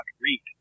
read